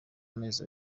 amezi